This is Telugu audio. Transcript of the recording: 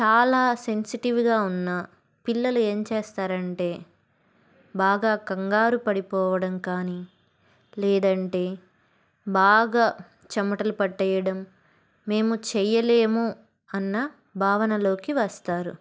చాలా సెన్సిటివ్గా ఉన్న పిల్లలు ఏం చేస్తారంటే బాగా కంగారు పడిపోవడం కానీ లేదంటే బాగా చెమటలు పట్టేయడం మేము చెయలేము అన్న భావనలోకి వస్తారు